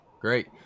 Great